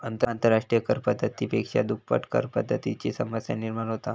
आंतरराष्ट्रिय कर पद्धती पेक्षा दुप्पट करपद्धतीची समस्या निर्माण होता